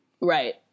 Right